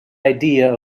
idea